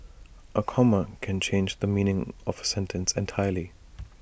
A comma can change the meaning of A sentence entirely